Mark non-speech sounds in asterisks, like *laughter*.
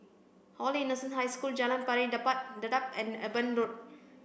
Holy Innocents' High School Jalan Pari *unintelligible* Dedap and Eben Road